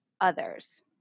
others